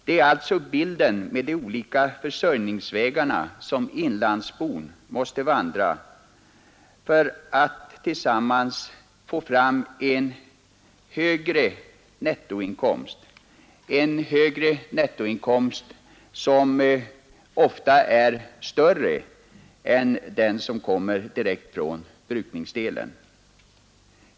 Det är alltså de olika försörjningsmöjligheternas väg som inlandsbon måste vandra för att få en högre nettoinkomst, varvid inkomsten från brukningsdelen ofta är lägst.